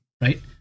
Right